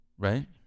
Right